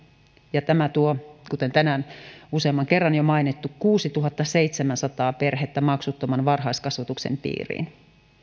ja tämä tuo kuten tänään useamman kerran on jo mainittu kuusituhattaseitsemänsataa perhettä maksuttoman varhaiskasvatuksen piiriin